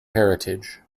heritage